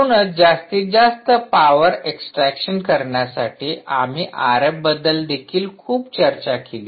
म्हणूनच जास्तीत जास्त पॉवर एक्सट्रॅक्शन करण्यासाठी आम्ही आरएफ बद्दल देखील खूप चर्चा केली